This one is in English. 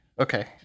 Okay